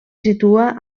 situa